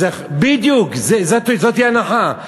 בדיוק, זאת ההנחה.